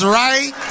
right